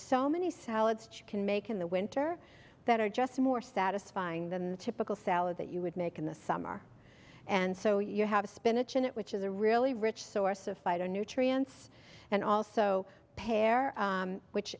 so many salads can make in the winter that are just more satisfying than the typical salad that you would make in the summer and so you have spinach in it which is a really rich source of fido nutrients and also pear which